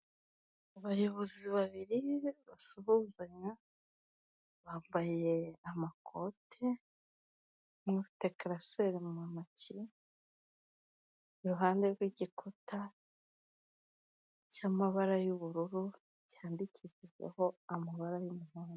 Abayobozi babiri basuhuzanya, bambaye amakote, umwe afite karaseri mu ntoki, iruhande rw'igikuta cy'amabara y'ubururu, cyandikishijweho amabara y'umuhondo.